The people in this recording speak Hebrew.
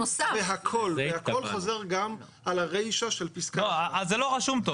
והכול חוזר גם על הריישה של פסקה 1. אז זה לא רשום טוב.